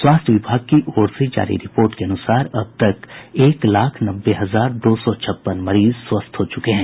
स्वास्थ्य विभाग की ओर से जारी रिपोर्ट के अनुसार अब तक एक लाख नब्बे हजार दो सौ छप्पन मरीज स्वस्थ हो चुके हैं